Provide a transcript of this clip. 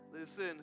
listen